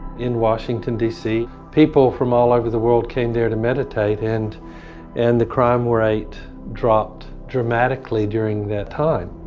in washington dc, people from all over the world came there to meditate, and and the crime rate dropped dramatically during that time,